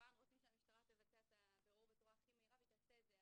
כמובן רוצים שהמשטרה תבצע את הבירור בצורה הכי מהירה והיא תעשה את זה,